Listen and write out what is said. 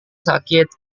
sakit